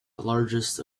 largest